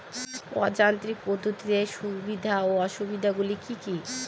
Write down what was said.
অযান্ত্রিক পদ্ধতির সুবিধা ও অসুবিধা গুলি কি কি?